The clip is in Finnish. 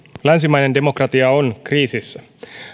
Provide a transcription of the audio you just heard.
länsimainen demokratia on kriisissä